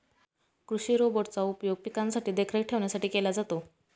कृषि रोबोट चा उपयोग पिकांची देखरेख ठेवण्यासाठी केला जातो